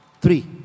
three